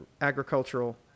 agricultural